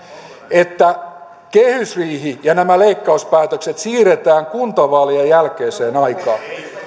että kehysriihi ja nämä leikkauspäätökset siirretään kuntavaalien jälkeiseen aikaan